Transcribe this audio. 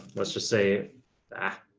let's just say that,